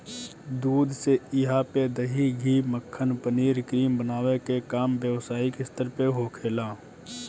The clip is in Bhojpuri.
दूध से इहा पे दही, घी, मक्खन, पनीर, क्रीम बनावे के काम व्यवसायिक स्तर पे होखेला